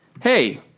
Hey